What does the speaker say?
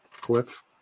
Cliff